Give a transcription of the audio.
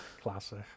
Classic